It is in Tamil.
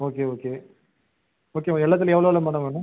ஓகே ஓகே ஓகே எல்லாத்துலையும் எவ்வளோ எவ்வளோ மேடம் வேணும்